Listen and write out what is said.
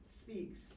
speaks